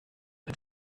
als